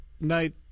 night